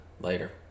Later